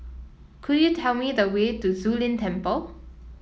could you tell me the way to Zu Lin Temple